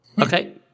Okay